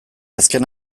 azken